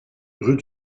rue